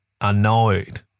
Annoyed